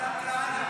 --- מתן כהנא